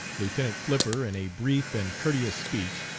lieutenant flipper, in a brief and courteous speech,